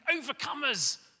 overcomers